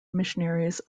missionaries